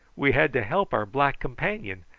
we had to help our black companion,